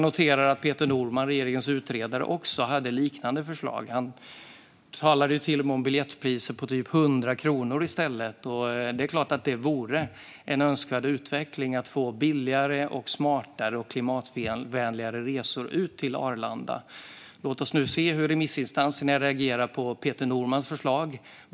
Peter Norman, regeringens utredare, hade också liknande förslag. Han talade till och med om biljettpriser på cirka 100 kronor i stället. Det är klart att det vore en önskvärd utveckling att få billigare, smartare och klimatvänligare resor ut till Arlanda. Låt oss se hur remissinstanserna reagerar på Peter Normans förslag.